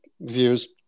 views